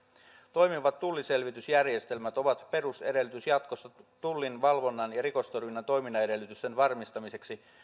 toimivat tulliselvitysjärjestelmät ovat perusedellytys jatkossa tullin valvonnan ja rikostorjunnan toimintaedellytysten varmistamiseksi